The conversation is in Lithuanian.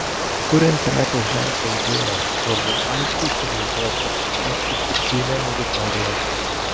kuriant prekės ženklo idėją svarbu aiškiai įsivaizduoti ir suprasti tikslinę auditoriją